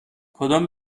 کدام